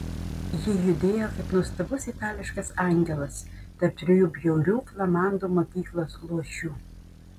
ji judėjo kaip nuostabus itališkas angelas tarp trijų bjaurių flamandų mokyklos luošių